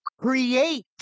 create